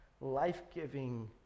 life-giving